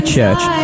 Church